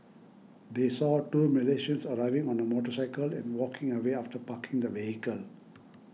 they saw two Malaysians arriving on a motorcycle and walking away after parking the vehicle